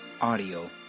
audio